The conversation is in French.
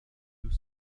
deux